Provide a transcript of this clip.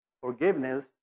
forgiveness